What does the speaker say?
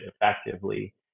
effectively